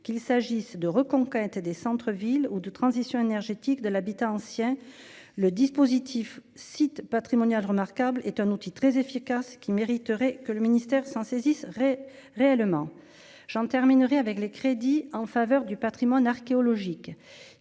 qu'il s'agisse de reconquête des centre-ville ou de transition énergétique de l'habitat ancien le dispositif site patrimonial remarquable est un outil très efficace qui mériterait que le ministère s'en saisisse réellement j'en terminerai avec les crédits en faveur du Patrimoine archéologique